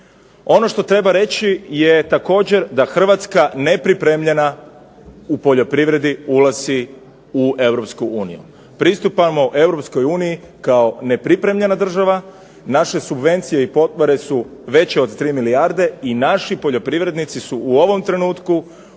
Ono što treba reći je također da Hrvatska nepripremljena u poljoprivredi ulazi u EU. Pristupamo EU kao nepripremljena država. Naše subvencije i potpore su veće od 3 milijarde i naši poljoprivrednici su u ovom trenutku